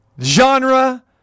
genre